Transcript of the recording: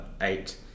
eight